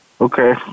Okay